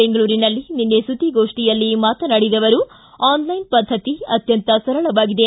ಬೆಂಗಳೂರಿನಲ್ಲಿ ನಿನ್ನೆ ಸುದ್ದಿಗೋಷ್ಠಿಯಲ್ಲಿ ಮಾತನಾಡಿದ ಅವರು ಆನ್ಲೈನ್ ಪದ್ದತಿ ಅತ್ತಂತ ಸರಳವಾಗಿದೆ